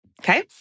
Okay